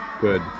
good